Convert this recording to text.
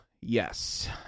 Yes